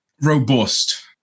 robust